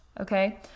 okay